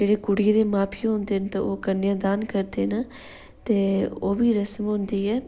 जेह्ड़े कुड़ियै दे मां प्यौ होंदे न ते ओह् कन्यादान करदे न ते ओह् बी रस्म होंदी ऐ